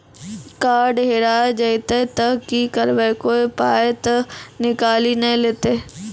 Card हेरा जइतै तऽ की करवै, कोय पाय तऽ निकालि नै लेतै?